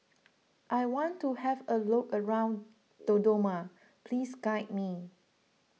I want to have a look around Dodoma please guide me